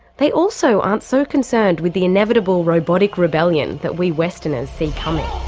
they also aren't so concerned with the inevitable robotic rebellion that we westerners see coming.